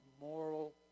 moral